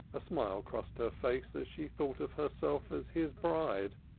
a smile crossed her face as she thought of herself as his bride.